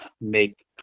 make